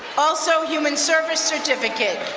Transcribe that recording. also human service certificate.